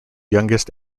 youngest